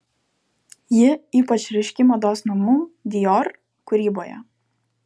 ji ypač ryški mados namų dior kūryboje